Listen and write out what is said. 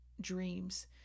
dreams